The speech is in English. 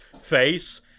face